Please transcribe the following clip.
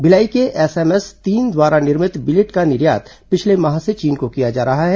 भिलाई के एसएमएस तीन द्वारा निर्मित बिलेट का निर्यात पिछले माह से चीन को किया जा रहा है